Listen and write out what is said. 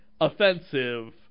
offensive